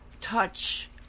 touch